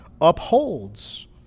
upholds